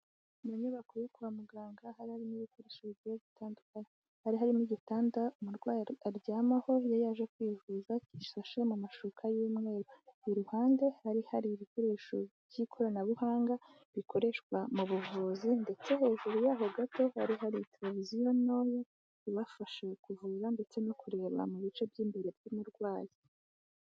Mu nyubako yo kwa muganga, hari harimo ibikoresho bigiye bitandukanye. Hari harimo igitanda umurwayi aryamaho iyo yaje kwivuza, gishashe mu mashuka y'umweru. Iruhande hari hari ibikoresho by'ikoranabuhanga bikoreshwa mu buvuzi, ndetse hejuru y'aho gato, hari hari televiziyo ntoya ibafasha kuvura ndetse no kureba mu bice by'imbere by'umurwayi.